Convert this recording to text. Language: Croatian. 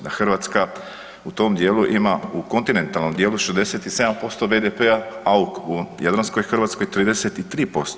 Da Hrvatska u tom dijelu ima, u kontinentalnom dijelu 67% BDP-a, a u jadranskoj Hrvatskoj 33%